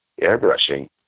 airbrushing